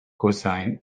cosine